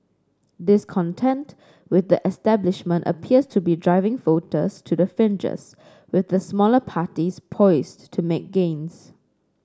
discontent with the establishment appears to be driving voters to the fringes with the smaller parties poised to make gains